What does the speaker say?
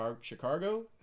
Chicago